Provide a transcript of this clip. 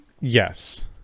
Yes